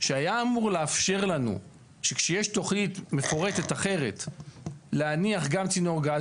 שהיה אמור לאפשר לנו שכשיש תכנית מפורטת אחרת להניח גם צינור גז.